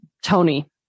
Tony